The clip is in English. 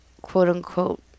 quote-unquote